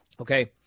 Okay